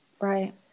Right